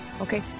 Okay